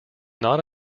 not